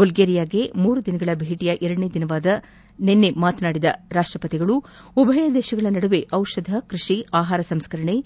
ಬಲ್ಲೇರಿಯಾಗೆ ಮೂರು ದಿನಗಳ ಭೇಟಿಯ ಎರಡನೇ ದಿನದಂದು ಮಾತನಾಡಿದ ರಾಷ್ಟ್ರಪತಿಗಳು ಉಭಯ ದೇಶಗಳ ನಡುವೆ ಔಷಧ ಕ್ವಡಿ ಆಹಾರ ಸಂಸ್ಕರಣೆ